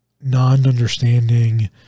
non-understanding